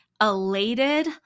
elated